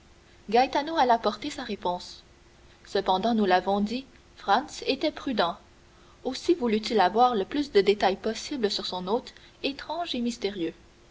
accepta gaetano alla porter sa réponse cependant nous l'avons dit franz était prudent aussi voulut-il avoir le plus de détails possible sur son hôte étrange et mystérieux